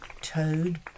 Toad